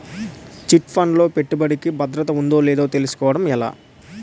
Chit fund లో పెట్టుబడికి భద్రత ఉందో లేదో తెలుసుకోవటం ఎలా?